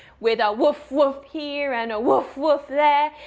with a woof, woof here and a woof, woof there.